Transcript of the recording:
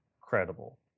credible